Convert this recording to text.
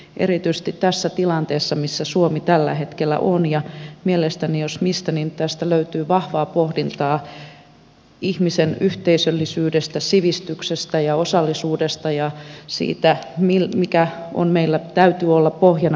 erityisesti tässä tilanteessa jossa suomi tällä hetkellä on mielestäni tästä jos mistä löytyy vahvaa pohdintaa ihmisen yhteisöllisyydestä sivistyksestä ja osallisuudesta ja siitä mikä meillä täytyy olla pohjana kun rakennamme tulevaisuutta